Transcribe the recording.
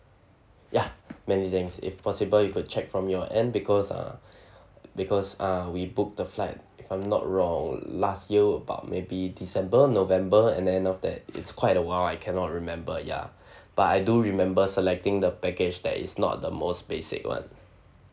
ya many thanks if possible you could check from your end because uh because uh we book the flight if I'm not wrong last year about maybe december november and then of that it's quite a while I cannot remember ya but I do remember selecting the package that is not the most basic one